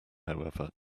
however